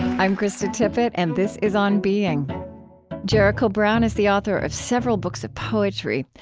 i'm krista tippett, and this is on being jericho brown is the author of several books of poetry.